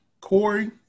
Corey